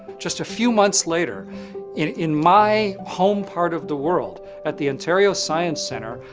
just a few months later in in my home part of the world at the ontario science centre,